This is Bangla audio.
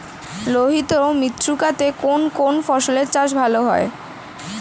লোহিত মৃত্তিকা তে কোন কোন ফসলের চাষ ভালো হয়?